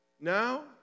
Now